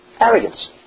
arrogance